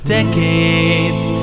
Decades